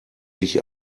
dich